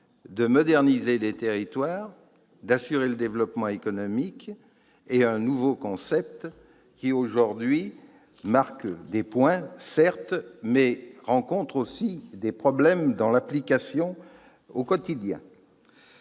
de moderniser les territoires et d'assurer leur développement économique. Ce nouveau concept marque des points, mais il rencontre aussi des problèmes dans son application au quotidien.